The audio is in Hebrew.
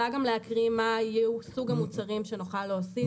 אני יכולה גם להקריא מה יהיו סוג המוצרים שנוכל להוסיף.